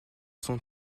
son